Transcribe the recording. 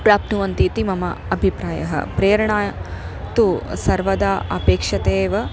प्राप्नुवन्ति इति मम अभिप्रायः प्रेरणा तु सर्वदा अपेक्षतेव